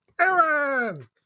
aaron